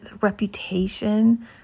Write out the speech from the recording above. reputation